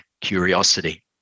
curiosity